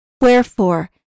Wherefore